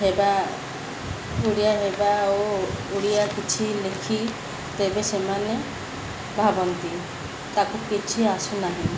ହେବା ଓଡ଼ିଆ ହେବା ଓ ଓଡ଼ିଆ କିଛି ଲେଖି ତେବେ ସେମାନେ ଭାବନ୍ତି ତାକୁ କିଛି ଆସୁନାହିଁ